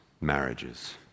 marriages